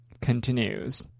continues